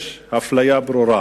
יש אפליה ברורה.